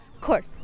court